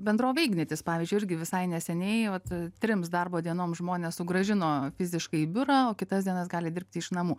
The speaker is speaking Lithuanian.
bendrovė ignitis pavyzdžiui irgi visai neseniai vat trims darbo dienom žmones sugrąžino fiziškai į biurą o kitas dienas gali dirbti iš namų